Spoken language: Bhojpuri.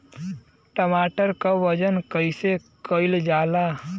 टमाटर क वजन कईसे कईल जाला?